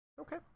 Okay